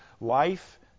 life